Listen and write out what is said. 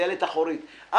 הדלת האחורית של האוטובוס,